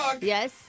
Yes